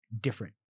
different